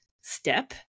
step